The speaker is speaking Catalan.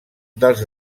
dels